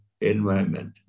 environment